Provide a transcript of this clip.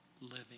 living